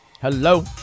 Hello